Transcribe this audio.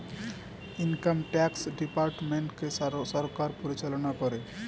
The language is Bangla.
ইনকাম ট্যাক্স ডিপার্টমেন্টকে সরকার পরিচালনা করে